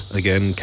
again